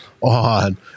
on